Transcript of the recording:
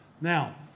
Now